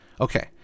Okay